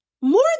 More